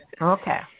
Okay